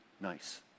nice